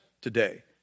today